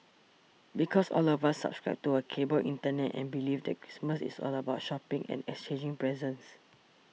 because all of us subscribe to a cable Internet and belief that Christmas is all about shopping and exchanging presents